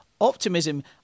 optimism